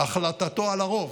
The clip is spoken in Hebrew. החלטתו על הרוב,